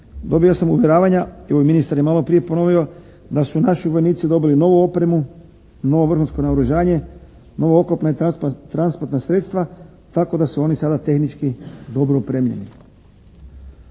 dobio sam uvjeravanja i evo, ministar je maloprije ponovio da su naši vojnici dobili novu opremu, novo vrhunsko naoružanje, nova oklopno transportna sredstva tako da su oni sada tehnički dobro opremljeni.